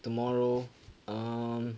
tomorrow um